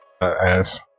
ass